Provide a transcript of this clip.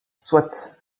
soit